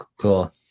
cool